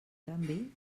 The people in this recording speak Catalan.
canvi